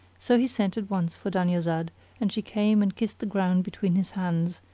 so he sent at once for dunyazad and she came and kissed the ground between his hands,